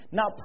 Now